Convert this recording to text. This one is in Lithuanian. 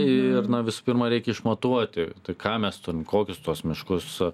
ir na visų pirma reikia išmatuoti tai ką mes turim kokius tuos miškus su